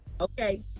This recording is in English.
Okay